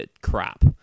crap